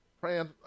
Praying